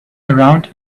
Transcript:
around